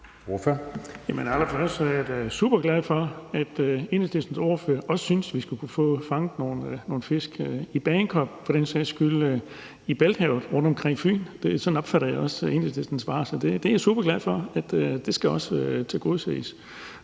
da er superglad for, at Enhedslistens ordfører også synes, at vi skal kunne fange nogle fisk ved Bagenkop og for den sags skyld i Bælthavet omkring Fyn. Sådan opfatter jeg også Enhedslistens svar, så det er jeg superglad for. Det skal også tilgodeses.